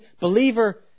believer